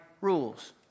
rules